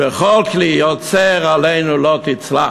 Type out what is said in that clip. וכל כלי יוצר עלינו לא יצלח.